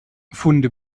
funde